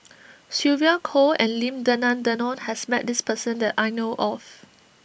Sylvia Kho and Lim Denan Denon has met this person that I know of